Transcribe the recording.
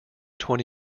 twenty